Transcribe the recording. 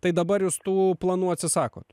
tai dabar jūs tų planų atsisakot